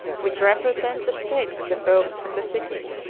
which represent the state of the popes and the city.